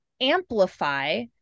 amplify